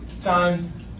times